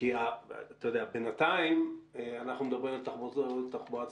אנחנו מדברים על תחבורה ציבורית.